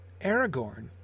Aragorn